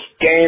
game